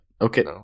Okay